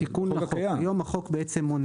היום החוק בעצם מונה